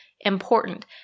important